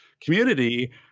community